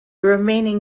remaining